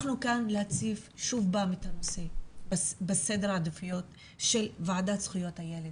אנחנו כאן להציף שוב פעם את הנושא בסדר העדיפויות של ועדת זכויות הילד